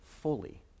fully